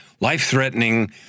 life-threatening